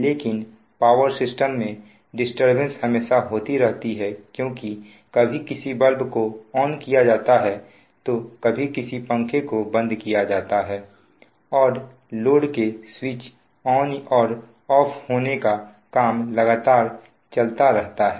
लेकिन power system में disturbance हमेशा होती रहती है क्योंकि कभी किसी बल्ब को ऑन किया जाता है तो कभी किसी पंखे को बंद किया जाता है और लोड के स्विच ऑन और ऑफ होने का काम लगातार चलता रहता है